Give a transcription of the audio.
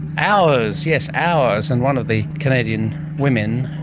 hours, yes hours. and one of the canadian women,